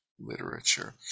literature